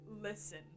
listen